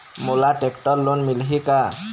मोला tractor loan मिलही का?